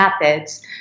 methods